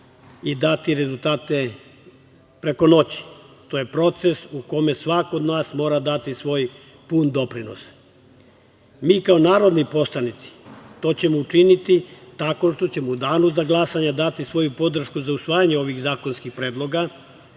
i dati rezultate preko noći. To je proces u kome svako od nas mora dati svoj pun doprinos. Mi kao narodni poslanici to ćemo učiniti tako što ćemo u danu za glasanje dati svoju podršku za usvajanje ovih zakonskih predloga